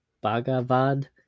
Bhagavad